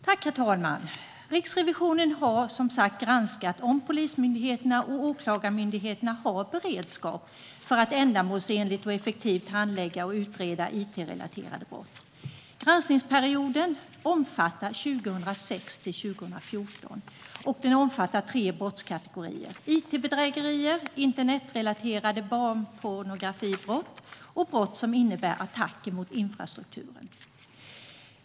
Herr talman! Riksrevisionen har som sagt granskat om Polismyndigheten och Åklagarmyndigheten har beredskap för att ändamålsenligt och effektivt handlägga och utreda it-relaterade brott. Granskningsperioden omfattar tidsperioden 2006-2014 och omfattar tre brottskategorier: it-bedrägerier, internetrelaterade barnpornografibrott och brott som innebär attacker mot infrastrukturen.